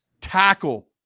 tackle